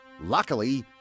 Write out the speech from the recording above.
Luckily